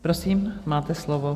Prosím, máte slovo.